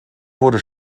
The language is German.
wurde